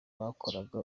bakoraga